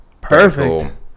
Perfect